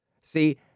See